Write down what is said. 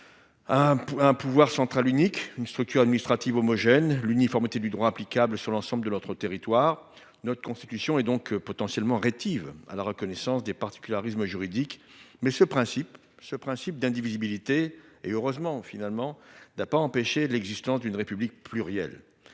un pouvoir central unique, une structure administrative homogène et l'uniformité du droit applicable sur l'ensemble de notre territoire. Notre Constitution est donc potentiellement rétive à la reconnaissance des particularismes juridiques. Toutefois, ce principe d'indivisibilité n'a pas empêché- et c'est heureux ! -l'existence d'une République plurielle.